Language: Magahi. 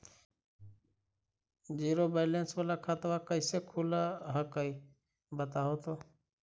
जीरो बैलेंस वाला खतवा कैसे खुलो हकाई बताहो तो?